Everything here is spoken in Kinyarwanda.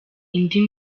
indi